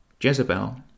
Jezebel